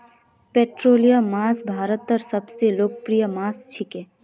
पोल्ट्रीर मांस भारतत सबस लोकप्रिय मांस छिके